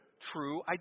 true